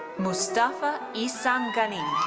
mustafa isam ghanim.